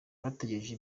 bategereje